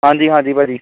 ਹਾਂਜੀ ਹਾਂਜੀ ਭਾਜੀ